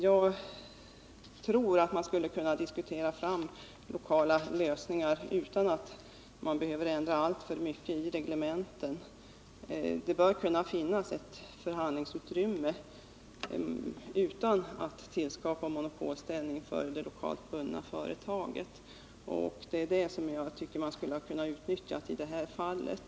Jag tror att man skulle kunna diskutera fram lokala lösningar utan att behöva ändra alltför mycket i reglementen. Det bör finnas ett förhandlingsutrymme utan att det skapas en monopolställning för det lokalt bundna företaget, och det utrymmet tycker jag att man skulle ha kunnat utnyttja i det här fallet.